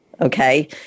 okay